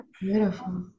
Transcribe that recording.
beautiful